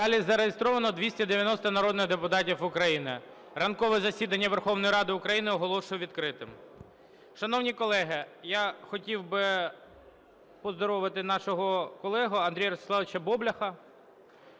залі зареєстровано 290 народних депутатів України. Ранкове засідання Верховної Ради України оголошую відкритим. Шановні колеги, я хотів би поздоровити нашого колегу Андрія Ростиславовича Бобляха.